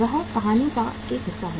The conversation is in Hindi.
वह कहानी का एक हिस्सा है